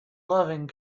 loving